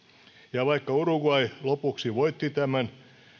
ja vaikka uruguay lopuksi voitti tämän